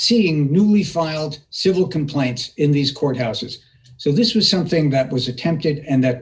seeing newly filed civil complaints in these courthouses so this was something that was attempted and th